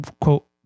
quote